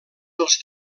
dels